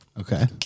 Okay